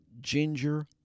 ginger